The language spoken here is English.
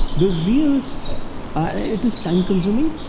the real it is time consuming,